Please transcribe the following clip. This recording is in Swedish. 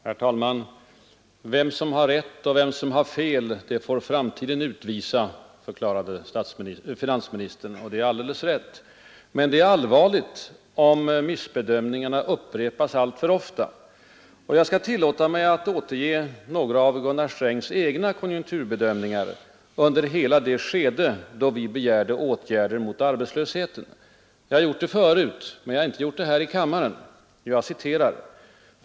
Herr talman! Vem som har rätt och vem som har fel får framtiden utvisa, förklarade finansministern. Och det är naturligtvis rätt. Men det är allvarligt om missbedömningar upprepas alltför ofta. Jag skall tillåta mig att återge några av Gunnar Strängs egna konjunkturprognoser under hela det skede då oppositionen begärde åtgärder mot arbetslösheten. Jag har gjort det förut men inte här i kammaren.